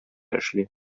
эшли